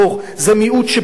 זה מיעוט שבמיעוט.